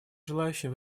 желающим